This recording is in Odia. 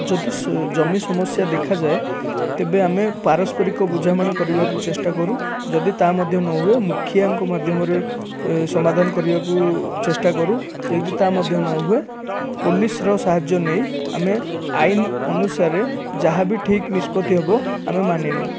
ଯଦି ଜମି ସମସ୍ୟା ଦେଖାଯାଏ ତେବେ ଆମେ ପାରସ୍ପରିକ ବୁଝାମଣା କରିବାକୁ ଚେଷ୍ଟା କରୁ ଯଦି ତା ମଧ୍ୟ ନ ହୁଏ ମୁଖିଆଙ୍କ ମାଧମରେ ସମାଧାନ କରିବାକୁ ଚେଷ୍ଟା କରୁ ଯଦି ତା ମଧ୍ୟ ନ ହୁଏ ପୋଲିସର ସାହାଯ୍ୟ ନେଇ ଆମେ ଆଇନ ଅନୁସାରେ ଯାହା ବି ଠିକ ନିଷ୍ପତ୍ତି ହେବ ଆମେ ମାନି ନଉ